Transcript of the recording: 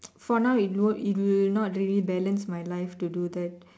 for now it won't it will not really balance my life to do that